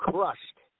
Crushed